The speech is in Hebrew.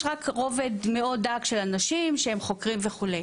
רק רובד מאוד דק של אנשים שהם חוקרים וכו'.